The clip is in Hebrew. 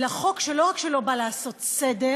אלא חוק שלא רק שלא בא לעשות סדר,